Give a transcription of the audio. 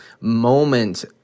moment